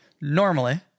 normally